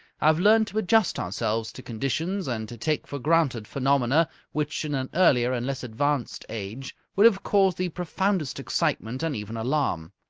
have learned to adjust ourselves to conditions and to take for granted phenomena which in an earlier and less advanced age would have caused the profoundest excitement and even alarm.